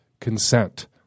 consent